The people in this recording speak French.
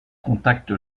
contacte